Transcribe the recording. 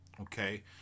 Okay